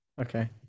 Okay